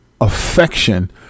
affection